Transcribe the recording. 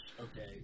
Okay